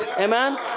amen